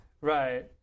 Right